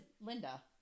Linda